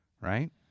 right